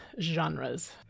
genres